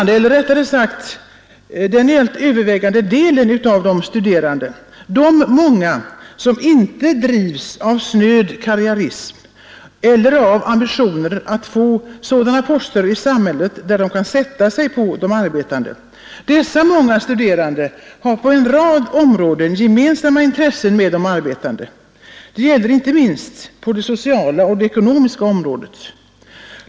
Den övervägande delen av de studerande, de många som inte drivs av snöd karriärism eller av ambitioner att få sådana poster i samhället där de kan sätta sig på de arbetande, har på en rad områden gemensamma intressen med de arbetande. Det gäller inte minst på de sociala och ekonomiska områdena.